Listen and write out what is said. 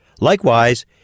Likewise